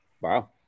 wow